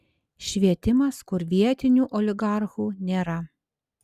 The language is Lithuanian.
švietimas kur vietinių oligarchų nėra